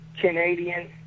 Canadian